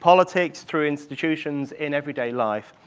politics, through institutions in everyday life,